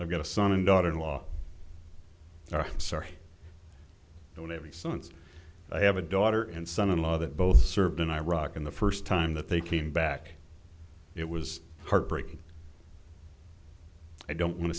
i've got a son and daughter in law are sorry and in every sense i have a daughter and son in law that both served in iraq in the first time that they came back it was heartbreaking i don't want to